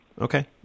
Okay